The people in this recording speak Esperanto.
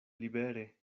libere